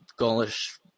Gaulish